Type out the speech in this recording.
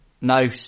no